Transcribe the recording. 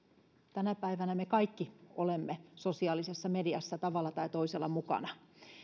tänä päivänä me kaikki olemme sosiaalisessa mediassa tavalla tai toisella mukana